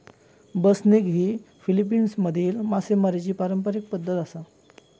बसनिग ही फिलीपिन्समधली मासेमारीची पारंपारिक पद्धत आसा